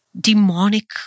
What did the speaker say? demonic